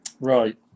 Right